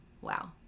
Wow